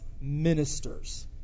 ministers